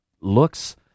Looks